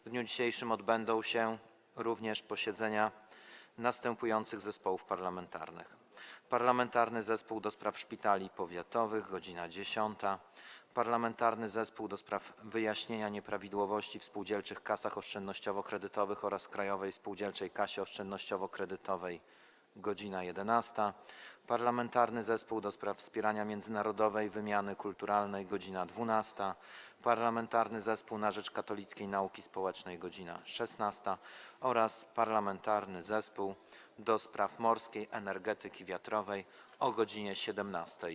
W dniu dzisiejszym odbędą się również posiedzenia następujących zespołów parlamentarnych: - Parlamentarnego Zespołu ds. Szpitali Powiatowych - godz. 10, - Parlamentarnego Zespołu ds. wyjaśnienia nieprawidłowości w spółdzielczych kasach oszczędnościowo-kredytowych oraz Krajowej Spółdzielczej Kasie Oszczędnościowo-Kredytowej - godz. 11, - Parlamentarnego Zespołu ds. Wspierania Międzynarodowej Wymiany Kulturalnej - godz. 12, - Parlamentarnego Zespołu na rzecz Katolickiej Nauki Społecznej - godz. 16, - Parlamentarnego Zespołu ds. Morskiej Energetyki Wiatrowej - godz. 17.